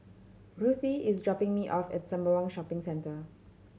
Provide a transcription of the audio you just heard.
ruthie is dropping me off at Sembawang Shopping Centre